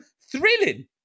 thrilling